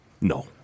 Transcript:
No